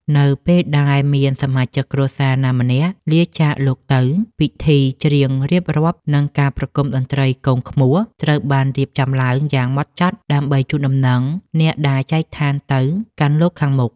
នៅពេលដែលមានសមាជិកគ្រួសារណាម្នាក់លាចាកលោកទៅ ពិធីច្រៀងរៀបរាប់ និងការប្រគំតន្ត្រីគងឃ្មោះ ត្រូវបានរៀបចំឡើងយ៉ាងហ្មត់ចត់ ដើម្បីជូនដំណើរអ្នកដែលចែកឋានទៅកាន់លោកខាងមុខ។